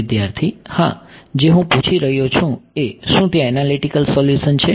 વિદ્યાર્થી હા જે હું પૂછી રહ્યો છું એ શું ત્યાં એનાલીટીક સોલ્યુશન છે